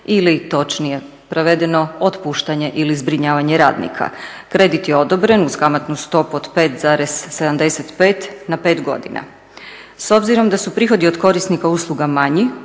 ili točnije provedeno otpuštanje ili zbrinjavanje radnika. Kredit je odobren uz kamatnu stopu od 5,75 na 5 godina. S obzirom da su prihodi od korisnika usluga manji,